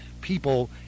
people